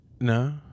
No